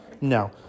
No